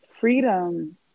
Freedom